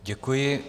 Děkuji.